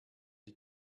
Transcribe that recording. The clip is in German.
die